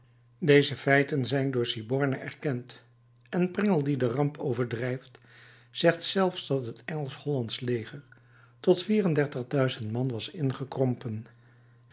deze feiten zijn door siborne erkend en pringle die de ramp overdrijft zegt zelfs dat het engelsch hollandsch leger tot vier-en-dertig duizend man was ingekrompen